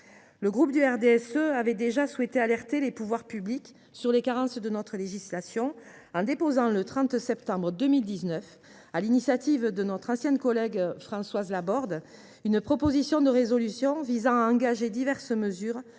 Européen avait déjà souhaité alerter les pouvoirs publics sur les carences de notre législation, en déposant le 30 septembre 2019, sur l’initiative de notre ancienne collègue Françoise Laborde, une proposition de résolution visant à engager diverses mesures